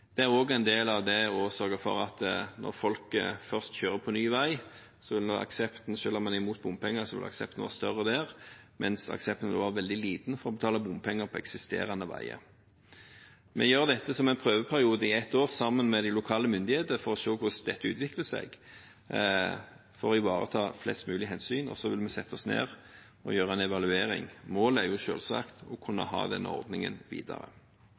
Det er også en del av det å sørge for at når folk først kjører på ny vei, vil aksepten – selv om en er imot bompenger – være større der, mens aksepten vil være veldig liten for å betale bompenger på eksisterende veier. Vi gjør dette i en prøveperiode på ett år sammen med de lokale myndigheter for å se hvordan det utvikler seg, og for å ivareta flest mulige hensyn. Så vil vi sette oss ned og gjøre en evaluering. Målet er selvsagt å kunne ha den ordningen videre.